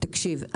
תקשיב,